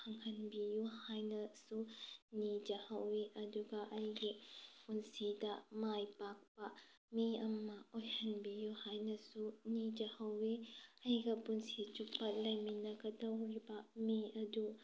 ꯐꯪꯍꯟꯕꯤꯌꯨ ꯍꯥꯏꯅꯁꯨ ꯅꯤꯖꯍꯧꯏ ꯑꯗꯨꯒ ꯑꯩꯒꯤ ꯄꯨꯟꯁꯤꯗ ꯃꯥꯏ ꯄꯥꯛꯄ ꯃꯤ ꯑꯃ ꯑꯣꯏꯍꯟꯕꯤꯌꯨ ꯍꯥꯏꯅ ꯑꯩꯅꯁꯨ ꯅꯤꯖꯍꯧꯏ ꯑꯩꯒ ꯄꯨꯟꯁꯤꯆꯨꯞꯄ ꯂꯩꯃꯤꯟꯅꯒꯗꯧꯔꯤꯕ ꯃꯤ ꯑꯗꯨ